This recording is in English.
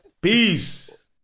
Peace